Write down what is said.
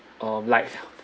uh like